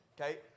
Okay